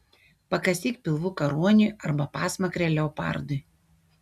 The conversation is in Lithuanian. pakasyk pilvuką ruoniui arba pasmakrę leopardui